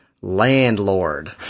Landlord